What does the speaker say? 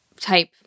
type